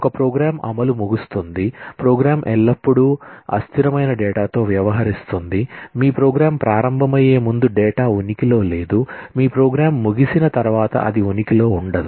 ఒక ప్రోగ్రామ్ అమలు ముగుస్తుంది ప్రోగ్రామ్ ఎల్లప్పుడూ అస్థిరమైన డేటాతో వ్యవహరిస్తుంది మీ ప్రోగ్రామ్ ప్రారంభమయ్యే ముందు డేటా ఉనికిలో లేదు మీ ప్రోగ్రామ్ ముగిసిన తర్వాత అది ఉనికిలో ఉండదు